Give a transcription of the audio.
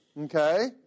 okay